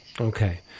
Okay